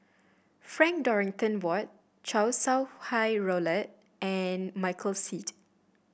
Frank Dorrington Ward Chow Sau Hai Roland and Michael Seet